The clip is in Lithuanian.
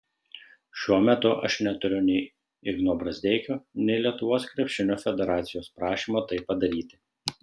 šiuo metu aš neturiu nei igno brazdeikio nei lietuvos krepšinio federacijos prašymo tai padaryti